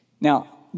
Now